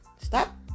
Stop